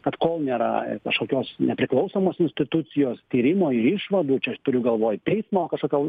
kad kol nėra kažkokios nepriklausomos institucijos tyrimo ir išvadų čia aš turiu galvoj teismo kažkokio